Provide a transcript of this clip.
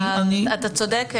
אתה צודק,